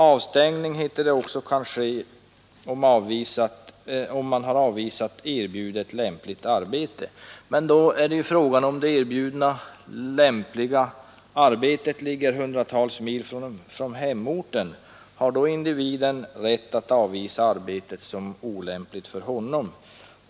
”Avstängning” heter det, om erbjudet lämpligt arbete har avvisats. Men om det erbjudna lämpliga arbetet ligger hundratals mil från hemorten, är frågan: Har då individen rätt att avvisa arbetet såsom olämpligt för honom?